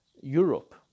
europe